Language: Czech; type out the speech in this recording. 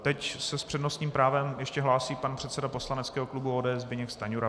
Teď se s přednostním právem ještě hlásí pan předseda poslaneckého klubu ODS Zbyněk Stanjura.